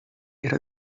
era